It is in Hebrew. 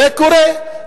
זה קורה.